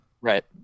Right